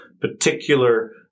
particular